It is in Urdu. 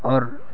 اور